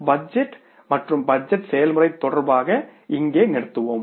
எனவே பட்ஜெட் மற்றும் பட்ஜெட் செயல்முறை தொடர்பாக இங்கே நிறுத்துவோம்